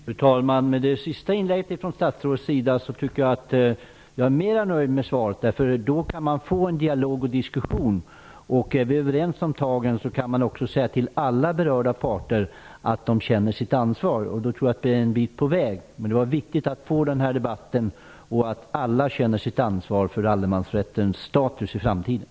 Fru talman! Jag är mera nöjd med svaret nu med tanke på vad statsrådet sade i sitt sista inlägg. Det går att få en dialog och diskussion. Vi kan då vara överens om att säga till alla berörda parter att de skall känna sitt ansvar. Jag tror att vi är en bit på väg. Det är viktigt med denna debatt och att alla känner sitt ansvar för allemansrättens status i framtiden.